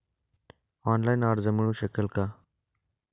Online कर्ज मिळू शकेल का?